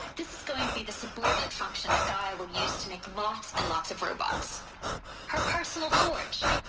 this is going to be the subordinate function that gaia will use to make lots and lots of robots her personal forge.